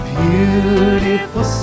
beautiful